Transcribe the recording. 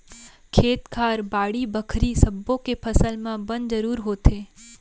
खेत खार, बाड़ी बखरी सब्बो के फसल म बन जरूर होथे